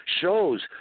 shows